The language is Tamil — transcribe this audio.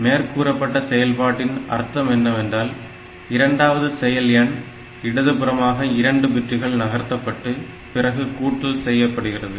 மேற்கூறப்பட்ட செயல்பாடின் அர்த்தம் என்னவென்றால் இரண்டாவது செயல் எண் இடதுபுறமாக 2 பிட்டுகள் நகர்த்தப்பட்டு பிறகு கூட்டல் செய்யப்படுகிறது